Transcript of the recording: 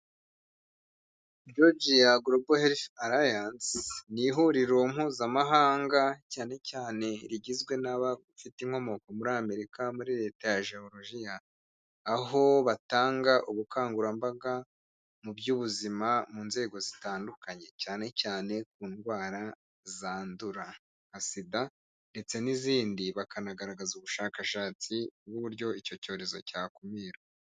Georgia Grobal Health Alliance, ni ihuriro Mpuzamahanga cyane cyane rigizwe n'abafite inkomoko muri Amerika muri leta ya Georgia, aho batanga ubukangurambaga mu by'ubuzima mu nzego zitandukanye, cyane cyane ku ndwara zandura nka SIDA ndetse n'izindi bakanagaragaza ubushakashatsi bw'uburyo icyo cyorezo cyakumira.